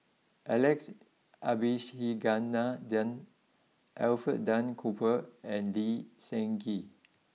Alex Abisheganaden Alfred Duff Cooper and Lee Seng Gee